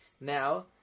Now